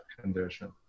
condition